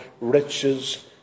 riches